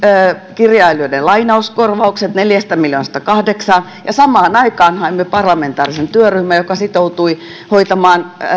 kirjailijoiden lainauskorvaukset neljästä miljoonasta kahdeksaan ja samaan aikaan haimme parlamentaarisen työryhmän joka sitoutui hoitamaan